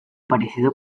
parecido